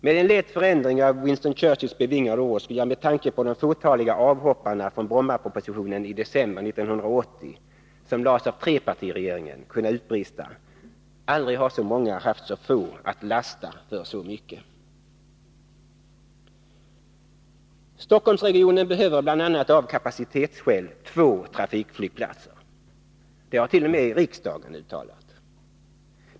Med en lätt förändring av Winston Churchills bevingade ord skulle jag med tanke på de fåtaliga avhopparna från Brommapropositionen i december 1980, som lades fram av trepartiregeringen, kunna utbrista: Aldrig har så många haft så få att lasta för så mycket! Stockholmsregionen behöver bl.a. av kapacitetsskäl två trafikflygplatser. Det hart.o.m. riksdagen uttalat.